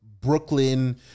Brooklyn